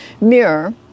mirror